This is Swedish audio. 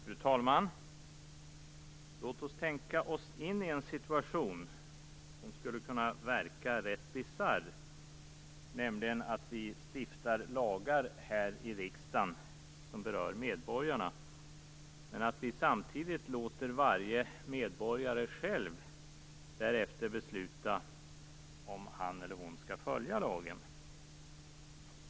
Fru talman! Låt oss tänka oss in i en situation som skulle kunna tyckas rätt bisarr - nämligen att vi här i riksdagen stiftar lagar som berör medborgarna, men att vi samtidigt låter varje medborgare själv därefter besluta om han skall följa lagen.